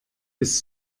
bis